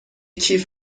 کیف